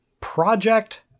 Project